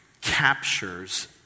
captures